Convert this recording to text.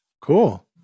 cool